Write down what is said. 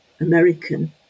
American